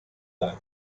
dalla